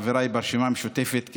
חבריי ברשימה המשותפת,